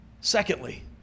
Secondly